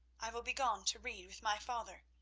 i will begone to read with my father,